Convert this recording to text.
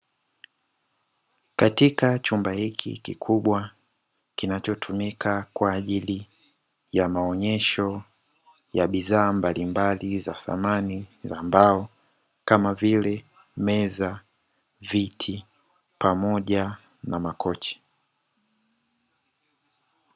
Katika chumba hiki kikubwa kinachotumika kwa ajili ya maonesho ya bidhaa mbalimbali za samani za mbao kama vile meza, viti pamoja na makochi.